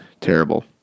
terrible